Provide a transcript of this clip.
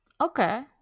Okay